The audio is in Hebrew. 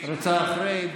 רוצה אחרי?